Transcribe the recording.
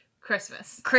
Christmas